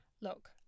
look